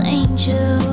angel